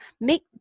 Make